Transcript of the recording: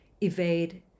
evade